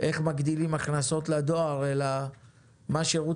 איך מגדילים הכנסות לדואר אלא מה שירות